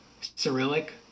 Cyrillic